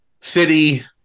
City